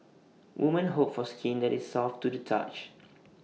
women hope for skin that is soft to the touch